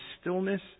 stillness